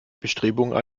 bestrebungen